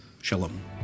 Shalom